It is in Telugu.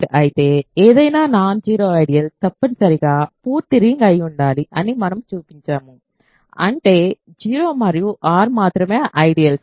R ఫీల్డ్ అయితే ఏదైనా నాన్ జీరో ఐడియల్ తప్పనిసరిగా పూర్తి రింగ్ అయి ఉండాలి అని మనము చూపించాము అంటే 0 మరియు R మాత్రమే ఐడియల్స్